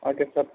okay sir